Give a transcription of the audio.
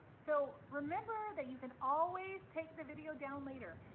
so remember that you can always take the video down later,